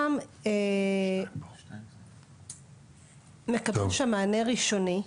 גם מקבל שם מענה ראשוני,